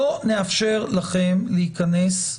לא נאפשר לכם להיכנס,